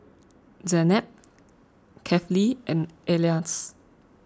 Zaynab Kefli and Elyas